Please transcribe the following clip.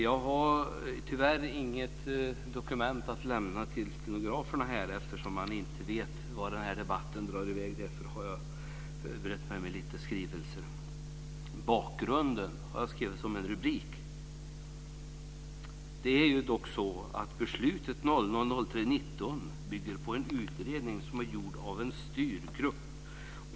Jag har tyvärr inget dokument att lämna till stenograferna här, eftersom man inte vet vart den här debatten drar i väg. Jag har i stället förberett mig med lite skrivelser om bakgrunden. Jag har skrivit Bakgrunden som en rubrik. Beslutet från den 19 mars 2000 bygger på en utredning som är gjord av en styrgrupp.